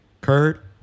Kurt